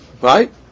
right